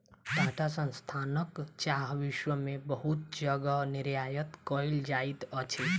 टाटा संस्थानक चाह विश्व में बहुत जगह निर्यात कयल जाइत अछि